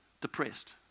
depressed